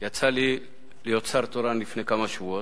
יצא לי להיות שר תורן לפני כמה שבועות,